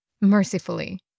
mercifully